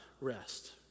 rest